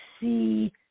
see